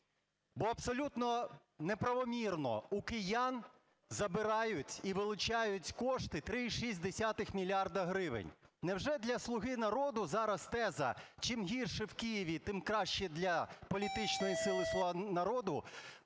бо абсолютно неправомірно у киян забирають і вилучають кошти 3,6 мільярда гривень. Невже для "Слуги народу" зараз теза: чим гірше в Києві, тим краще для політичної сили "Слуга народу",